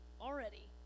already